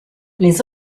les